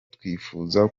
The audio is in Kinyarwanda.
twifuza